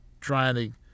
trying